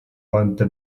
räumte